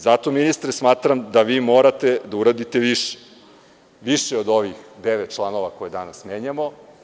Zato ministre smatram da vi morate da uradite više, više od ovih devet članova koje danas menjamo.